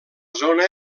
zona